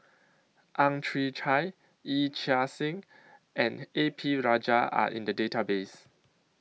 Ang Chwee Chai Yee Chia Hsing and A P Rajah Are in The Database